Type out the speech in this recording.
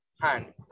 hand